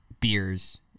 beers